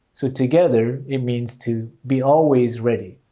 so together, it means to be always ready.